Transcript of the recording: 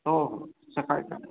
हो हो सकाळी काय